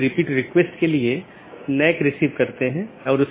यह हर BGP कार्यान्वयन के लिए आवश्यक नहीं है कि इस प्रकार की विशेषता को पहचानें